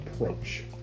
approach